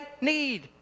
need